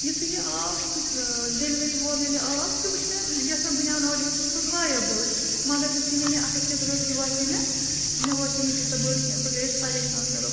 یِتھُے یہِ آو ڈٮ۪لؤری وول ییٚلہِ یہِ آو یہِ وُچھ مےٚ یۄس مےٚ بٔنیٛان آڈَر ٲس کٔرمٕژ سُہ ٲس واریاہ بٔڑ مگر یِتھُے مےٚ یہِ اَتھَس کٮ۪تھ رٔٹ یہِ باسے مےٚ مےٚ باسے نہٕ یہِ تیٖژاہ بٔڑ کینٛہہ بہٕ گٔیَس پریشان مےٚ دوٚپ